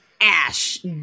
Ash